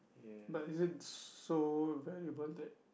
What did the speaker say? but is it so valuable that